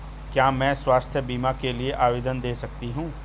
क्या मैं स्वास्थ्य बीमा के लिए आवेदन दे सकती हूँ?